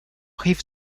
rive